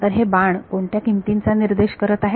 तर हे बाण कोणत्या किमतींचा निर्देश करत आहेत